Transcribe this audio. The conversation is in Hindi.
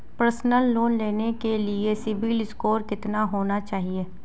पर्सनल लोंन लेने के लिए सिबिल स्कोर कितना होना चाहिए?